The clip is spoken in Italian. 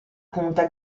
punta